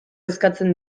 eskatzen